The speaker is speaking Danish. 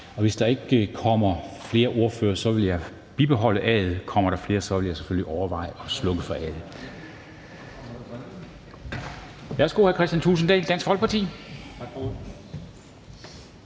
og hvis der ikke kommer flere ordførere, vil jeg fortsætte med at have afstemnings-A'et tændt. Kommer der flere, vil jeg selvfølgelig overveje at slukke for A'et. Værsgo, hr. Kristian Thulesen Dahl, Dansk Folkeparti.